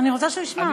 אני רוצה שהוא ישמע.